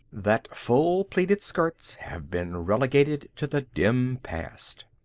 that full-plaited skirts have been relegated to the dim past!